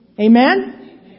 Amen